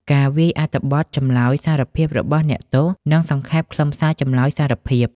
ការវាយអត្ថបទចម្លើយសារភាពរបស់អ្នកទោស និងសង្ខេបខ្លឹមសារចម្លើយសារភាព។